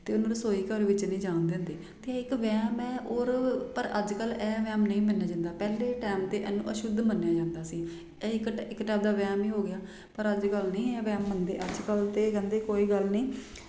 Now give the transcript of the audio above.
ਅਤੇ ਉਹਨੂੰ ਰਸੋਈ ਘਰ ਵਿੱਚ ਨਹੀਂ ਜਾਣ ਦਿੰਦੇ ਅਤੇ ਇੱਕ ਵਹਿਮ ਹੈ ਔਰ ਪਰ ਅੱਜ ਕੱਲ੍ਹ ਇਹ ਵਹਿਮ ਨਹੀਂ ਮੰਨਿਆ ਜਾਂਦਾ ਪਹਿਲਾਂ ਟਾਈਮ 'ਤੇ ਇਹਨੂੰ ਅਸ਼ੁੱਧ ਮੰਨਿਆ ਜਾਂਦਾ ਸੀ ਇਹ ਇੱਕ ਇੱਕ ਟਾਇਪ ਦਾ ਵਹਿਮ ਹੀ ਹੋ ਗਿਆ ਪਰ ਅੱਜ ਕੱਲ੍ਹ ਨਹੀਂ ਇਹ ਵਹਿਮ ਮੰਨਦੇ ਅੱਜ ਕੱਲ੍ਹ ਤਾਂ ਕਹਿੰਦੇ ਕੋਈ ਗੱਲ ਨਹੀਂ